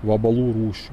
vabalų rūšių